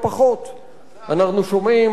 אנחנו שומעים על סגירת מחלקות,